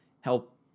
help